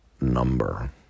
number